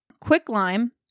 Quicklime